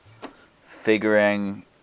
figuring